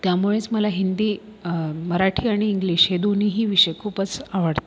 त्यामुळेच मला हिंदी मराठी आणि इंग्लिश हे दोन्हीही विषय खूपच आवडतात